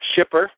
shipper